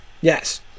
yes